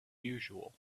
usual